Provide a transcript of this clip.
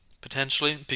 potentially